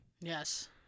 Yes